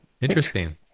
Interesting